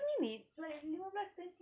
like lima belas twenty